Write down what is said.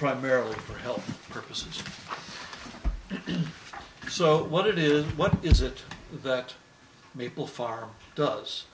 primarily for health purposes so what it is what is it that maple far does